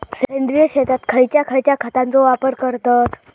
सेंद्रिय शेतात खयच्या खयच्या खतांचो वापर करतत?